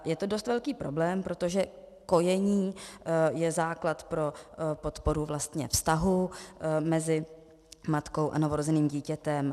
Je to dost velký problém, protože kojení je základ pro podporu vlastně vztahu mezi matkou a novorozeným dítětem.